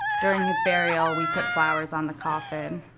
during his burial, we put flowers on the coffin.